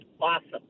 Awesome